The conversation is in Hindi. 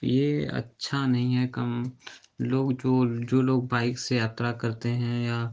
ये अच्छा नहीं है कम लोग जो जो लोग बाइक से यात्रा करते हैं या